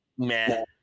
Man